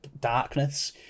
darkness